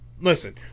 Listen